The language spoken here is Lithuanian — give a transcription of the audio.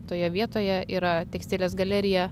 toje vietoje yra tekstilės galerija